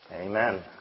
Amen